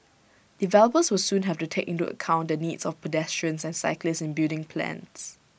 developers will soon have to take into account the needs of pedestrians and cyclists in building plans